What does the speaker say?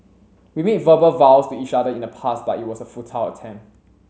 we made verbal vows to each other in the past but it was a futile attempt